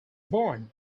born